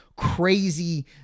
crazy